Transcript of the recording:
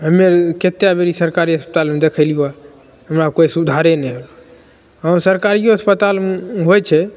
हमे कतेक बेरी सरकारी अस्पतालमे देखलियो हमरा कोइ सुधारे नहि हँ सरकारियो अस्पतालमे होइत छै